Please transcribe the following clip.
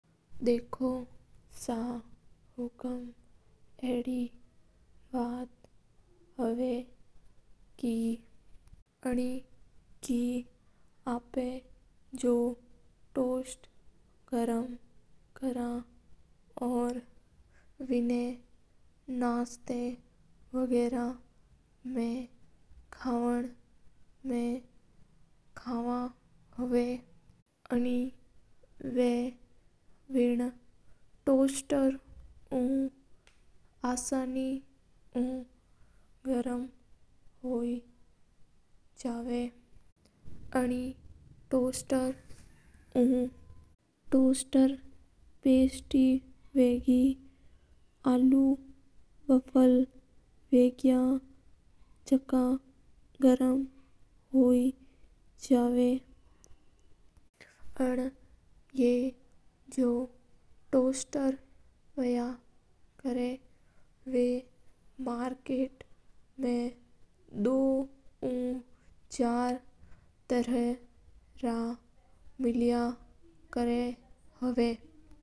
देखो सा हुकूम एडी बात हा का तोस हवा जका ना अपा नास्ता मा काम लवा। टोटेली उ असानी उ ग्राम होई जवा अनु टोटेली वेगा आलू वेफर हैंगा आ जका टोस्टर हवा वा मार्केट मा दो या तीन तारा रा मिल्या करा हा।